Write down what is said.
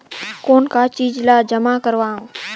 कौन का चीज ला जमा करवाओ?